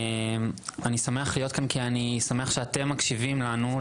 אני שמח להיות כאן כי אני שמח שאתם מקשיבים לנו,